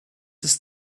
ist